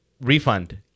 refund